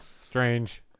Strange